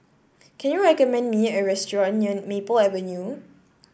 can you recommend me a restaurant near Maple Avenue